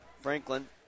Franklin